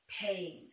pain